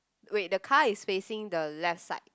wait the car is facing the left side